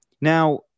Now